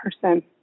person